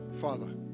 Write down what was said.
Father